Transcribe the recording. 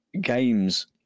games